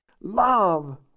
Love